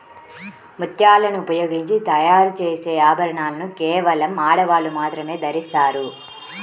ముత్యాలను ఉపయోగించి తయారు చేసే ఆభరణాలను కేవలం ఆడవాళ్ళు మాత్రమే ధరిస్తారు